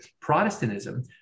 Protestantism